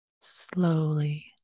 slowly